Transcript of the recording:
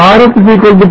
இது Rs 0